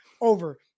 over